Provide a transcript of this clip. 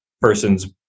person's